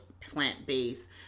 plant-based